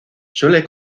suele